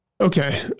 Okay